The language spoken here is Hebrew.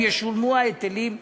אם ישולמו ההיטלים כחוק.